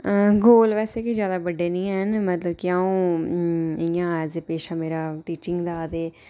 हां गोल बेसै किश ज्यादा बड्डे नेईं हैन मतलब कि आं'ऊ इ'यां एज ऐ पेशा मेरा टीचिंग दा ते